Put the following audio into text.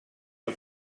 for